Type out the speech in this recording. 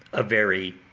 a very